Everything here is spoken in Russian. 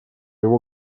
его